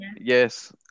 yes